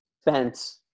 spent